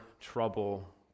trouble